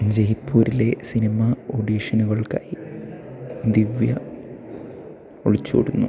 ജയ്പൂരിലെ സിനിമാ ഓഡിഷനുകൾക്കായി ദിവ്യ ഒളിച്ചോടുന്നു